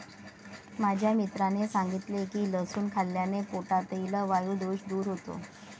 माझ्या मित्राने सांगितले की लसूण खाल्ल्याने पोटातील वायु दोष दूर होतो